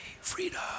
freedom